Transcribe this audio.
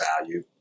value